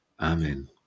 amen